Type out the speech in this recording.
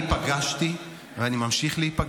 אבל אני כן אומר שאני פגשתי ואני ממשיך להיפגש,